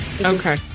Okay